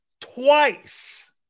twice